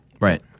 right